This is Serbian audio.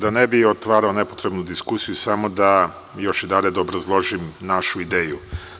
Da ne bih otvarao nepotrebnu diskusiju, samo da još jedared obrazložim našu ideju.